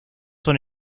son